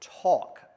talk